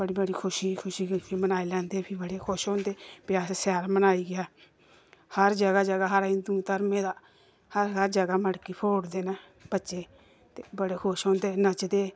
बड़ी बड़ी खुशी खुशी खुशी मनाई लैंदे फ्ही बडे़ खुश होंदे फ्ही अस शैल मनाई ऐ हर जगह् जगह् साढ़े हिंदू धर्मे दा हर हर जगह् जगह् मटकी फोड़दे न बच्चे ते बडे़ खुश होंदे नच्चदे